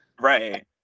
Right